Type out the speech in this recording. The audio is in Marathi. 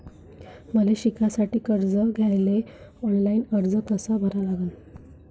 मले शिकासाठी कर्ज घ्याले ऑनलाईन अर्ज कसा भरा लागन?